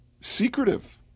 secretive